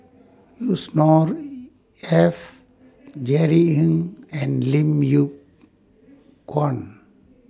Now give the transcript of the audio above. Yusnor Ef Jerry Ng and Lim Yew Kuan